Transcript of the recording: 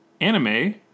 anime